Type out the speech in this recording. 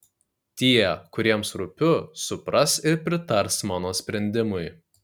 tie kuriems rūpiu supras ir pritars mano sprendimui